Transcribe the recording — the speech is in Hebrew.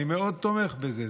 אני מאוד תומך בזה.